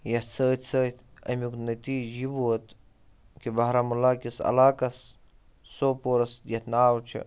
یَتھ سۭتۍ سۭتۍ اَمیُک نٔتیٖجہٕ یہٕ ووت کہِ بارہمُلہ کِس علاقَس سوپورَس یَتھ ناو چھُ